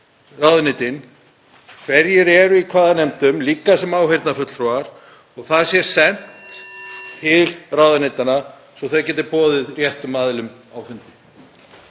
ráðuneytin hverjir eru í hvaða nefndum, líka sem áheyrnarfulltrúar, og það sent til ráðuneytanna svo að þau geti boðið réttum aðilum á fundi.